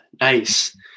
Nice